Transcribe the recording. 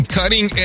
cutting